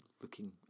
Looking